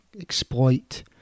exploit